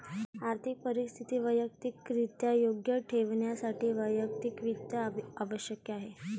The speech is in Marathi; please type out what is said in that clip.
आर्थिक परिस्थिती वैयक्तिकरित्या योग्य ठेवण्यासाठी वैयक्तिक वित्त आवश्यक आहे